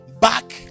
back